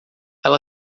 ela